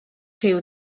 rhyw